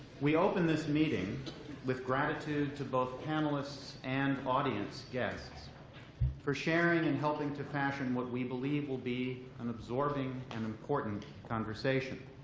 we open this meeting with gratitude to both panelists and audience guests for sharing and helping to fashion what we believe will be an absorbing and important conversation.